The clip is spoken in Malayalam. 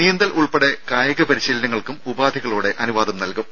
നീന്തൽ ഉൾപ്പെടെ കായിക പരിശീലനങ്ങൾക്കും ഉപാധികളോടെ അനുവാദം നൽകും